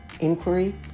inquiry